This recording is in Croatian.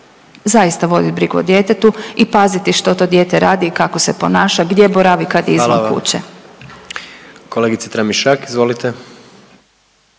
zaista voditi brigu o djetetu i paziti što to dijete radi i kako se ponaša, gdje boravi kad je izvan kuće. **Jandroković, Gordan (HDZ)** Hvala vam. Kolegice Tramišak izvolite.